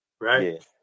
right